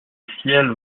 ciel